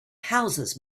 houses